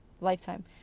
lifetime